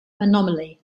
anomaly